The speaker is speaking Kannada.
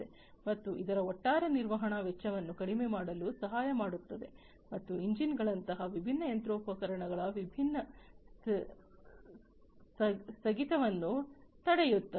ಮತ್ತು ಇದು ಒಟ್ಟಾರೆ ನಿರ್ವಹಣಾ ವೆಚ್ಚವನ್ನು ಕಡಿಮೆ ಮಾಡಲು ಸಹಾಯ ಮಾಡುತ್ತದೆ ಮತ್ತು ಎಂಜಿನ್ಗಳಂತಹ ವಿಭಿನ್ನ ಯಂತ್ರೋಪಕರಣಗಳ ವಿಭಿನ್ನ ಸ್ಥಗಿತವನ್ನು ತಡೆಯುತ್ತದೆ